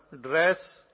dress